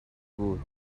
بود